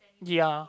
ya